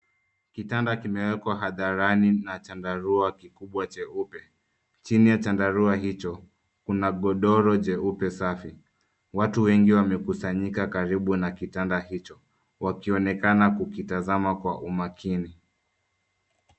Kitanda kimewekwa hadharani na chandarau kikubwa cheupe. Chini ya chandarau hicho, kuna godoro jeupe safi. Watu wengi wamekusanyika karibu na kitanda hicho wakionekana kukitazama kwa umakini.